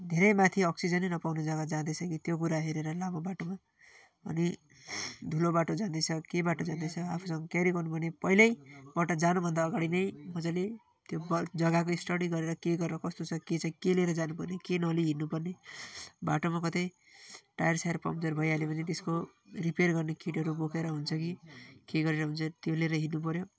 धेरै माथि अक्सिजनै नपाउने जग्गा जाँदैछ कि त्यो कुरा हेरेर लामो बाटोमा अनि धुलो बाटो जाँदैछ के बाटो जाँदैछ आफूसँग क्यारी गर्नु पर्ने पहिल्यैपटक जानुभन्दा अघाडि नै मज्जाले त्यो ब जग्गाको स्टडी गरेर के गरेर कस्तो छ के लिएर जानु पर्ने के नलिई हिँड्नुपर्ने बाटोमा कतै टायर सायर पङ्चर भइहाल्यो भने त्यसको रिपेयर गर्ने किटहरू बोकेर हुन्छ कि के गरेर हुन्छ त्यो लिएर हिँड्नु पर्यो